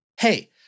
Hey